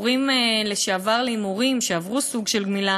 מכורים לשעבר להימורים שעברו סוג של גמילה